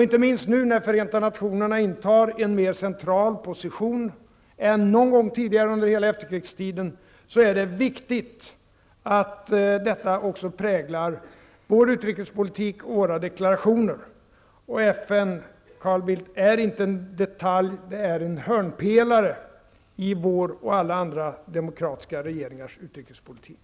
Inte minst nu när Förenta nationerna intar en mer central position än någon gång tidigare under hela efterkrigstiden är det viktigt att detta också präglar Carl Bildt, är inte en detalj. Det är en hörnpelare i regeringens och alla andra demokratiska regeringars utrikespolitik.